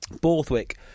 Borthwick